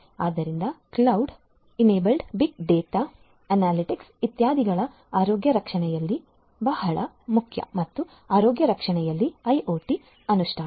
ಆದ್ದರಿಂದ cloud enablement big data analytics ಇತ್ಯಾದಿಗಳು ಆರೋಗ್ಯ ರಕ್ಷಣೆಯಲ್ಲಿ ಬಹಳ ಮುಖ್ಯ ಮತ್ತು ಆರೋಗ್ಯ ರಕ್ಷಣೆಯಲ್ಲಿ ಐಒಟಿ ಅನುಷ್ಠಾನ